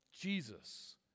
Jesus